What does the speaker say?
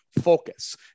Focus